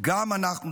גם אנחנו צריכים.